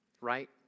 right